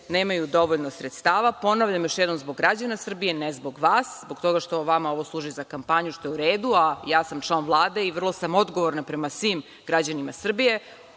nemaju dovoljno sredstava. Ponavljam još jednom zbog građana Srbije, ne zbog vas, zbog toga što ovo vama služi za kampanju, što je u redu, a ja sam član Vlade i vrlo sam odgovorna prema svim građanima Srbije,